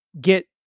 get